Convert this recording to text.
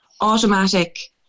automatic